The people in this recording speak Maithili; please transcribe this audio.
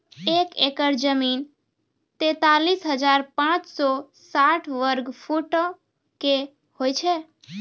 एक एकड़ जमीन, तैंतालीस हजार पांच सौ साठ वर्ग फुटो के होय छै